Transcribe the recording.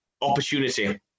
opportunity